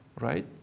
Right